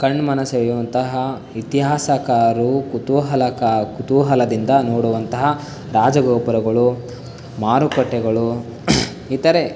ಕಣ್ಮನ ಸೆಳೆಯುವಂತಹ ಇತಿಹಾಸಕಾರು ಕುತೂಹಲಕ ಕುತೂಹಲದಿಂದ ನೋಡುವಂತಹ ರಾಜಗೋಪುರಗಳು ಮಾರುಕಟ್ಟೆಗಳು ಇತರೆ